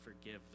forgive